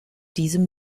diesem